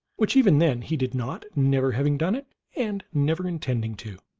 which even then he did not, never having done it and never intending to